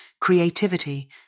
creativity